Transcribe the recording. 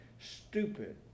stupid